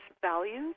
values